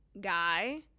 guy